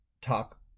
talk